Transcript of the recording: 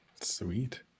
Sweet